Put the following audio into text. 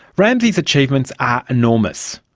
ramsi's achievements are enormous,